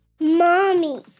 Mommy